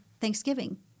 Thanksgiving